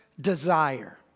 desire